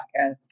podcast